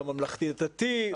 בממלכתי-דתי,